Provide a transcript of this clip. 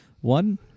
One